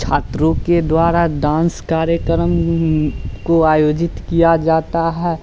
छात्रों के द्वारा डांस कार्यक्रम को आयोजित किया जाता है